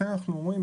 לכן אנחנו אומרים,